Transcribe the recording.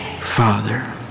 Father